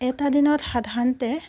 এটা দিনত সাধাৰণতে